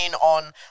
on